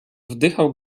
wdychał